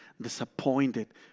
disappointed